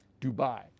Dubai